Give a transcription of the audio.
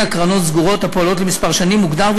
קרנות סגורות הפועלות למספר שנים מוגדר,